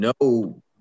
no